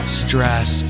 stress